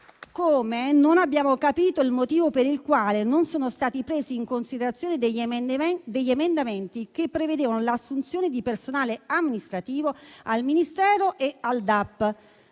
modo, non abbiamo capito il motivo per il quale non sono stati presi in considerazione emendamenti che prevedevano l'assunzione di personale amministrativo al Ministero e al